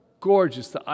gorgeous